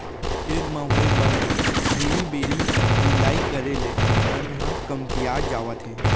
खेत म होए बन ल घेरी बेरी निंदाई करे ले बन ह कमतियात जावत हे